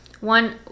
One